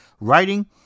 Writing